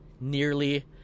nearly